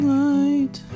light